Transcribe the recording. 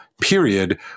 period